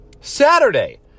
Saturday